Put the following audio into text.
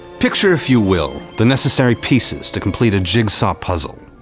picture, if you will, the necessary pieces to complete a jigsaw puzzle,